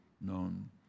known